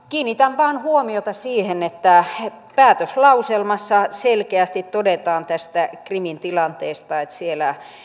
kiinnitän vain huomiota siihen että päätöslauselmassa selkeästi todetaan tästä krimin tilanteesta että siellä